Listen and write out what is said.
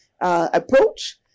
approach